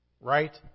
Right